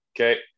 Okay